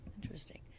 Interesting